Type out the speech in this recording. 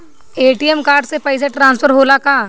ATM card से पैसा transfer होला का?